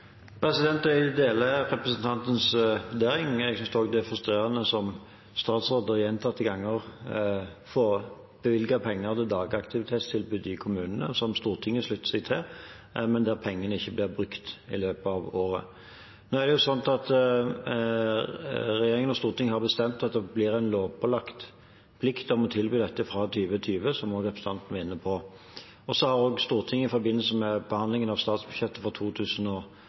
gjentatte ganger å få bevilget penger til dagaktivitetstilbud i kommunene som Stortinget slutter seg til, men der pengene ikke blir brukt i løpet av året. Regjeringen og Stortinget har bestemt at det blir en lovpålagt plikt å tilby dette fra 2020, som også representanten var inne på. Stortinget har også, i forbindelse med behandlingen av statsbudsjettet for